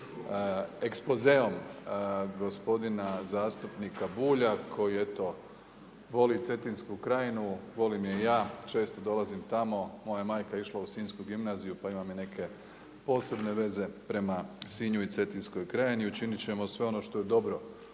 ekspozeom gospodina zastupnika Bulja koji eto voli Cetinsku krajinu, volim je i ja, često dolazim tamo, moja majka je išla u sinjsku gimnaziju pa imam i neke posebne veze prema Sinju i Cetinskoj krajini. Učinit ćemo sve ono što je dobro